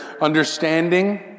understanding